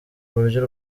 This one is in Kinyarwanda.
uburyo